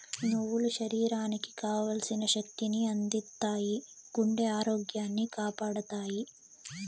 నువ్వులు శరీరానికి కావల్సిన శక్తి ని అందిత్తాయి, గుండె ఆరోగ్యాన్ని కాపాడతాయి